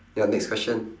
ya next question